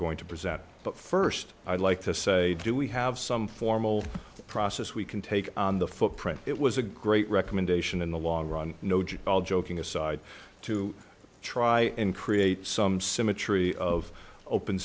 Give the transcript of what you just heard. going to present but first i'd like to say do we have some formal process we can take on the footprint it was a great recommendation in the long run no all joking aside to try and create some symmetry of open